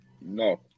No